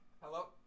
Hello